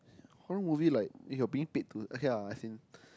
horror movie like if you're being paid to okay lah I think